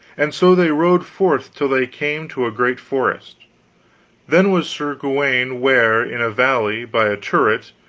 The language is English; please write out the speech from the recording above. and so they rode forth till they came to a great forest then was sir gawaine ware in a valley by a turret,